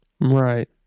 Right